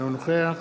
אינו נוכח